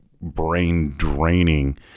brain-draining